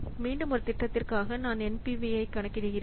மீண்டும் ஒரு திட்டத்திற்காக நான் NPV ஐ கணக்கிடுகிறேன்